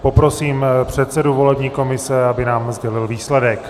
Poprosím předsedu volební komise, aby nám sdělil výsledek.